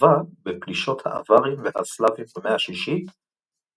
חרבה בפלישות האווארים והסלאבים במאה השישית ונעזבה.